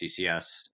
CCS